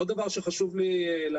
עוד דבר שחשוב לי להגיד,